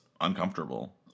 uncomfortable